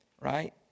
right